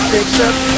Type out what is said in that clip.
Picture